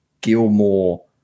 Gilmore